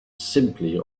simply